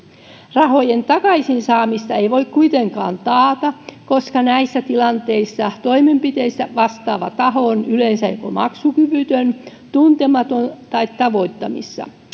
rahojen takaisin saamista ei voi kuitenkaan taata koska näissä tilanteissa toimenpiteistä vastaava taho on yleensä joko maksukyvytön tuntematon tai tavoittamattomissa